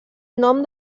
nom